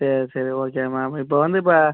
சரி சரி ஓகேம்மா இப்போ வந்து இப்போ